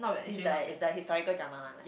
is the is the historical drama one right